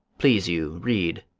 please you read,